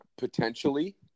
Potentially